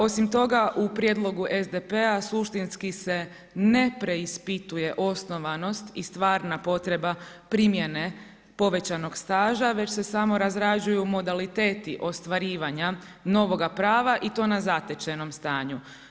Osim toga, u prijedlogu SDP-a suštinski se ne preispituje osnovanost i stvarna potreba primjene povećanog staža već se samo razrađuju modaliteti ostvarivanja novoga prava i to na zatečenom stanju.